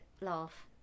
laugh